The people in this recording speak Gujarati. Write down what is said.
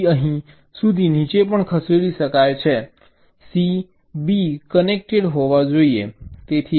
B અહીં સુધી નીચે પણ ખસેડી શકાય છે કારણ કે C B કનેક્ટેડ હોવા જોઈએ